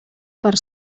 per